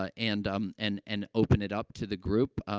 ah and, um and and open it up to the group, um,